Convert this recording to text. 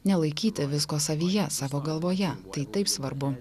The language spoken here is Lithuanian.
nelaikyti visko savyje savo galvoje tai taip svarbu